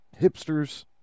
hipsters